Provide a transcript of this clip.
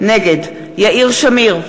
נגד יאיר שמיר,